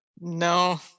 No